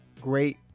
great